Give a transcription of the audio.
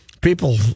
people